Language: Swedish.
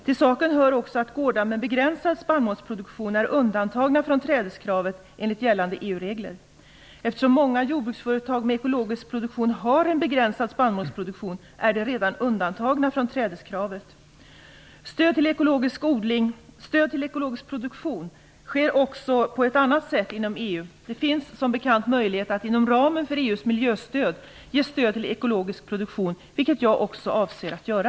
Till saken hör också att gårdar med begränsad spannmålsproduktion är undantagna från trädeskravet enligt gällande EU-regler. Eftersom många jordbruksföretag med ekologisk produktion har en begränsad spannmålsproduktion är de redan undantagna från trädeskravet. Stöd till ekologisk produktion sker också på annat sätt inom EU. Det finns som bekant möjlighet att inom ramen för EU:s miljöstöd ge stöd till ekologisk produktion, vilket jag också avser att göra.